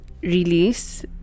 Release